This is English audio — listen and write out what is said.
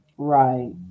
Right